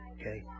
Okay